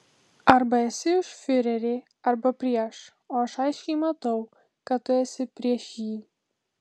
arba esi už fiurerį arba prieš o aš aiškiai matau kad tu esi prieš jį